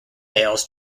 tales